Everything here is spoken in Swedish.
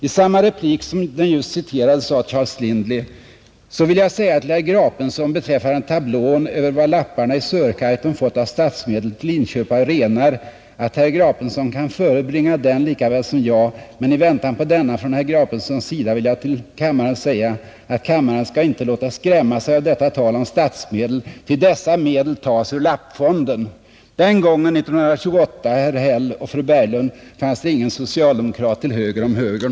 I samma replik som den jag just citerat sade Charles Lindley: ”Så vill jag säga till herr Grapenson beträffande tablån över vad lapparna i Sörkaitum fått av statsmedel till inköp av renar, att herr Grapenson kan förebringa den lika väl som jag, men i väntan på denna från herr Grapensons sida vill jag till kammaren säga, att kammaren skall icke låta skrämma sig av detta tal om statsmedel, ty dessa medel tagas ur lappfonden.” Den gången, 1928, herr Häll och fru Berglund, fanns det ingen socialdemokrat till höger om högern.